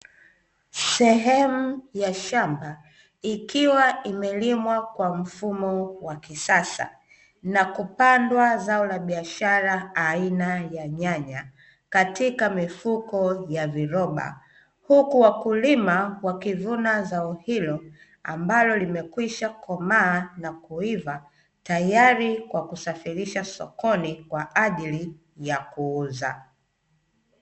Sehemu ya shamba ikiwa imelimwa kwa mfumo wa kisasa na kupandwa zao la biashara aina ya nyanya katika mifuko ya viroba, huku wakulima wakivuna zao hilo ambalo limekwisha komaa na kuiva tayari kwa kusafirisha sokoni kwa ajili ya kuuza.